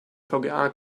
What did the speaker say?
vga